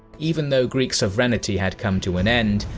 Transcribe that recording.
even though greek sovereignty had come to an end,